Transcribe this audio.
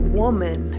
woman